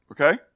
Okay